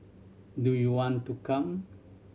do you want to come